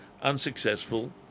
unsuccessful